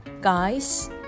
guys